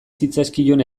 zitzaizkion